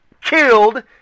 killed